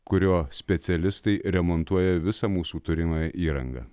kurio specialistai remontuoja visą mūsų turimą įrangą